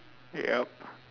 yup